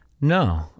no